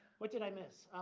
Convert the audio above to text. what did i miss?